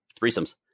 threesomes